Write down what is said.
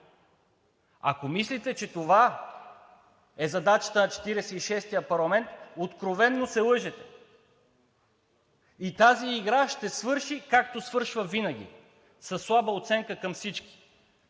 Ако мислите, че това е задачата на Четиридесет и шестия парламент, откровено се лъжете! Тази игра ще свърши, както свършва винаги – със слаба оценка към всички!